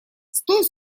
стой